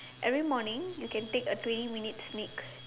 every morning you can take a twenty minutes sneaks